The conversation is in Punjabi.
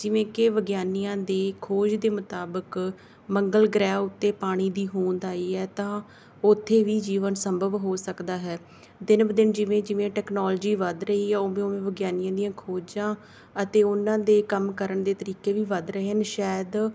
ਜਿਵੇਂ ਕਿ ਵਿਗਿਆਨੀਆਂ ਦੀ ਖੋਜ ਦੇ ਮੁਤਾਬਕ ਮੰਗਲ ਗ੍ਰਹਿ ਉੱਤੇ ਪਾਣੀ ਦੀ ਹੋਂਦ ਆਈ ਹੈ ਤਾਂ ਉੱਥੇ ਵੀ ਜੀਵਨ ਸੰਭਵ ਹੋ ਸਕਦਾ ਹੈ ਦਿਨ ਬ ਦਿਨ ਜਿਵੇਂ ਜਿਵੇਂ ਟੈਕਨੋਲੋਜੀ ਵੱਧ ਰਹੀ ਹੈ ਉਵੇਂ ਉਵੇਂ ਵਿਗਿਆਨੀਆਂ ਦੀਆਂ ਖੋਜਾਂ ਅਤੇ ਉਹਨਾਂ ਦੇ ਕੰਮ ਕਰਨ ਦੇ ਤਰੀਕੇ ਵੀ ਵੱਧ ਰਹੇ ਹਨ ਸ਼ਾਇਦ